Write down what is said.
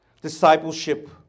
Discipleship